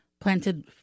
planted